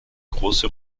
große